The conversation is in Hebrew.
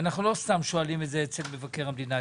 ואנחנו לא סתם שואלים את זה אצל מבקר המדינה,